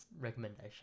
recommendation